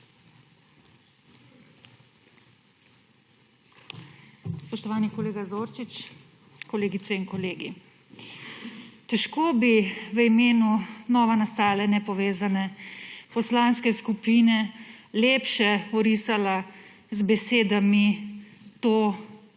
Spoštovani kolega Zorčič, kolegice in kolegi! Težko bi v imenu novonastale nepovezane poslanske skupine lepše orisala z besedami to, kar se